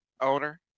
owner